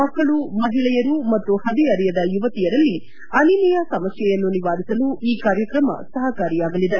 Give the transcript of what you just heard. ಮಕ್ಕಳು ಮಹಿಳೆಯರು ಮತ್ತು ಹದಿಹರೆಯದ ಯುವತಿಯರಲ್ಲಿ ಅನಿಮಿಯಾ ಸಮಸ್ನೆಯನ್ನು ನಿವಾರಿಸಲು ಈ ಕಾರ್ಯಕ್ರಮ ಸಹಕಾರಿಯಾಗಲಿದೆ